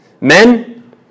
Men